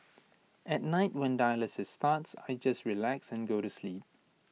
at night when dialysis starts I just relax and go to sleep